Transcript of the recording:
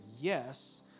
yes